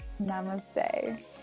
Namaste